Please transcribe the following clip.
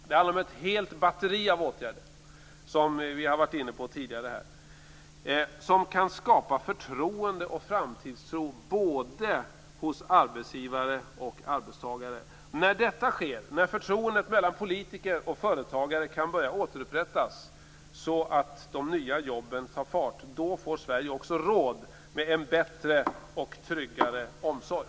Det handlar om ett helt batteri av åtgärder, som vi har varit inne på tidigare här, som kan skapa förtroende och framtidstro både hos arbetsgivare och arbetstagare. När detta sker - när förtroendet mellan politiker och företagare kan börja återupprättas så att skapandet av de nya jobben tar fart - får Sverige också råd med en bättre och tryggare omsorg.